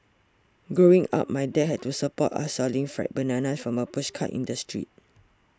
growing up my dad had to support us selling fried bananas from a pushcart in the street